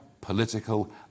political